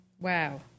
Wow